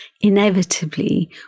inevitably